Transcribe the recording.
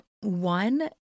one